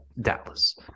Dallas